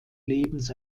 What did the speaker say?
lebens